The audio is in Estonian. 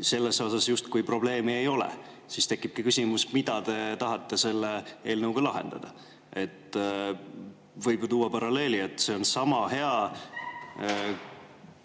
Selles osas justkui probleemi ei ole. Aga siis tekibki küsimus, mida te tahate selle eelnõuga lahendada. Võib ju tuua paralleeli, et